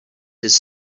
his